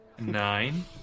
Nine